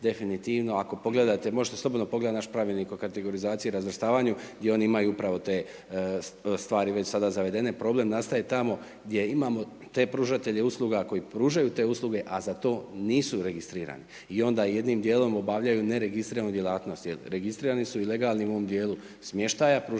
definitivno, ako pogledate, možete slobodno pogledati naš Pravilnik o kategorizaciji i razvrstavanju gdje oni imaju upravo te stvari već sada zavedene problem nastaje tamo gdje imamo te pružatelje usluga koji pružaju te usluge a za to nisu registrirani i onda jednim dijelom obavljaju neregistriranu djelatnost jer registrirani su i legalni u ovom dijelu smještaja, pružanja